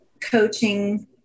coaching